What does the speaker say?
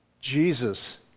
Jesus